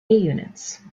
units